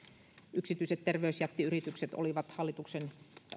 yksityiset terveysjättiyritykset olivat hallituksen